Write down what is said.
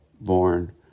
born